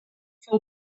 fou